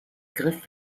griff